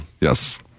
Yes